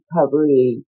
recovery